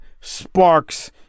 sparks